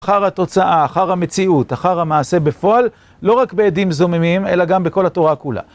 אחר התוצאה, אחר המציאות, אחר המעשה בפועל, לא רק בעדים זוממים, אלא גם בכל התורה כולה.